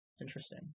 Interesting